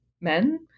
men